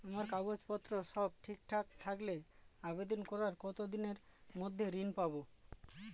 আমার কাগজ পত্র সব ঠিকঠাক থাকলে আবেদন করার কতদিনের মধ্যে ঋণ পাব?